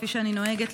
כפי שאני נוהגת,